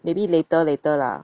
maybe later later lah